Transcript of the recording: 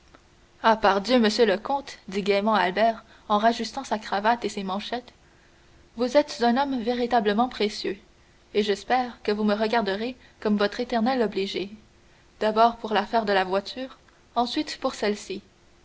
ah pardieu monsieur le comte dit gaiement albert en rajustant sa cravate et ses manchettes vous êtes un homme véritablement précieux et j'espère que vous me regarderez comme votre éternel obligé d'abord pour l'affaire de la voiture ensuite pour celle-ci